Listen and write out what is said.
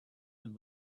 and